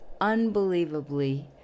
unbelievably